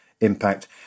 impact